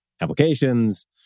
Applications